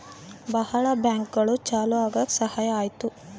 ಭಾಳ ಬ್ಯಾಂಕ್ಗಳು ಚಾಲೂ ಆಗಕ್ ಸಹಾಯ ಆಯ್ತು